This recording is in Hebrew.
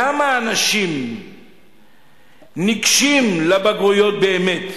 כמה אנשים ניגשים לבגרויות באמת,